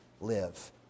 live